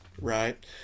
right